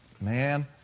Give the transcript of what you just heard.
man